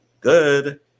good